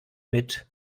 mit